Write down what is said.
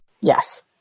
Yes